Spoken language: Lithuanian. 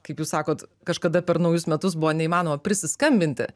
kaip jūs sakot kažkada per naujus metus buvo neįmanoma prisiskambinti